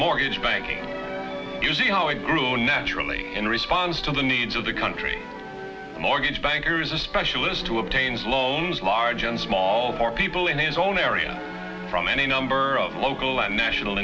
mortgage banking you see how it grew naturally in response to the needs of the country mortgage bankers a specialist who obtains loans large and small for people in his own area from any number of local and national